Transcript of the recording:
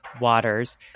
waters